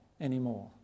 anymore